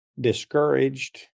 discouraged